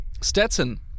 Stetson